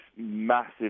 massive